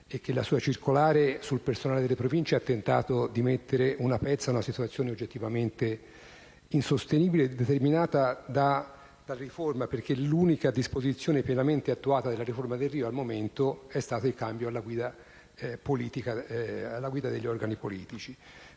e che la sua circolare sul personale delle Province ha tentato di mettere una pezza sulla situazione, oggettivamente insostenibile, determinata dalla riforma, dal momento che l'unica disposizione pienamente attuata della riforma Delrio è stato il cambio alla guida degli organi politici.